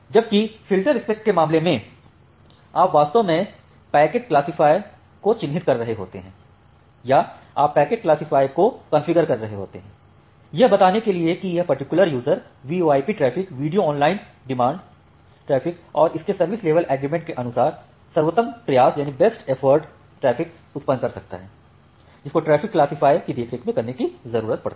जबकि फ़िल्टरस्पेक के मामले में आप वास्तव में पैकेट क्लासिफाय को चिह्नित कर रहे होते हैं या आप पैकेट क्लासिफाय को कॉन्फ़िगर कर रहे होते हैं यह बताने के लिए कि यह particular user VoIP traffic video on demand traffic और इसके सर्विस लेवल एग्रीमेंट के अनुसार सर्वोत्तम प्रयास ट्रैफ़िक उत्पन्न कर सकता है जिसको ट्रैफिक क्लासिफाय के देखरेख करने की ज़रूरत पड़ती है